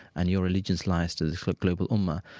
and your religion lies to the global ummah.